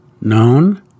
known